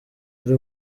ari